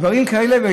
דברים כאלה.